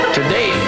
Today